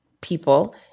people